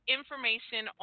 information